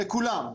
לכולם.